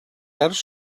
ers